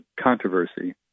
controversy